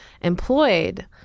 employed